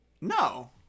No